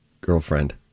Girlfriend